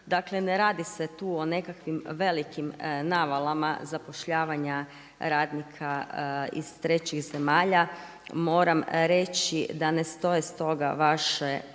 Dakle ne radi se tu o nekakvim velikim navalama zapošljavanja radnika iz trećih zemalja. Moram reći da ne stoje stoga vaše